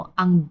ang